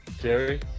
Jerry